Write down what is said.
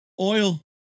oil